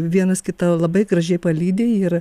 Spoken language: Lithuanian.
vienas kitą labai gražiai palydi ir